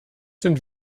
sind